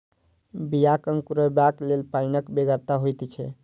बियाक अंकुरयबाक लेल पाइनक बेगरता होइत छै